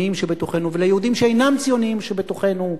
שבתוכנו וליהודים שאינם ציונים שבתוכנו: